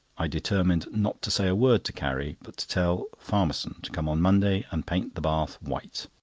i determined not to say a word to carrie, but to tell farmerson to come on monday and paint the bath white.